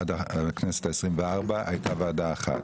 עד הכנסת ה-24 הייתה ועדה אחת.